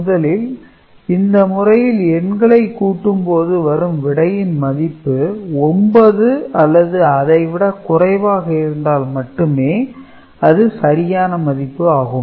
முதலில் இந்த முறையில் எண்களை கூட்டும் போது வரும் விடையின் மதிப்பு 9 அல்லது அதை விட குறைவாக இருந்தால் மட்டுமே அது சரியான மதிப்பு ஆகும்